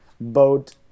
boat